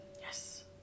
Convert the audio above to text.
Yes